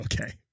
Okay